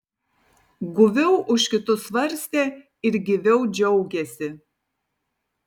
guviau už kitus svarstė ir gyviau džiaugėsi